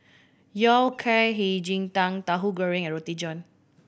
Yao Cai Hei Ji Tang Tahu Goreng and Roti John